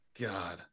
God